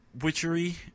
witchery